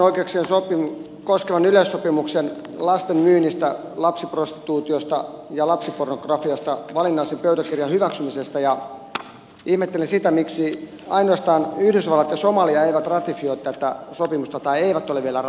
kiinnitin huomiota myös tähän lasten myynnistä lapsiprostituutiosta ja lapsipornografiasta tehdyn lapsen oikeuksia koskevan yleissopimuksen valinnaisen pöytäkirjan hyväksymiseen ja ihmettelen sitä miksi ainoastaan yhdysvallat ja somalia eivät ole vielä ratifioineet tätä sopimusta